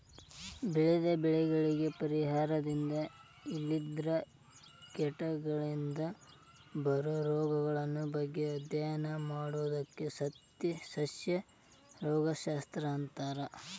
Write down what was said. ಬೆಳೆದ ಬೆಳಿಗಳಿಗೆ ಪರಿಸರದಿಂದ ಇಲ್ಲಂದ್ರ ಕೇಟಗಳಿಂದ ಬರೋ ರೋಗಗಳ ಬಗ್ಗೆ ಅಧ್ಯಯನ ಮಾಡೋದಕ್ಕ ಸಸ್ಯ ರೋಗ ಶಸ್ತ್ರ ಅಂತಾರ